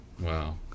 Wow